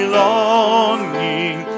longing